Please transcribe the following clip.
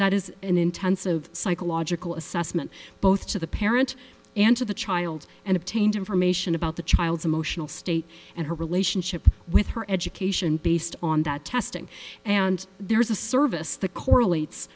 that is an intensive psychological assessment both to the parent and to the child and obtained information about the child's emotional state and her relationship with her education based on that testing and there is a service that correlates